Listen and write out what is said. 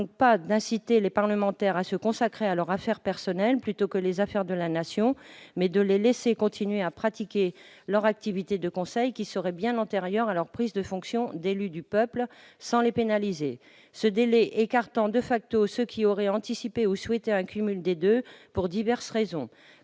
non pas d'inciter les parlementaires à se consacrer à leurs affaires personnelles plutôt qu'à celles de la Nation, mais de leur permettre de conserver leur activité de conseil qui serait bien antérieure à leur prise de fonction d'élu du peuple, sans les pénaliser, le délai d'un an écartant ceux qui auraient anticipé ou souhaité un cumul des deux pour diverses raisons,